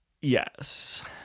Yes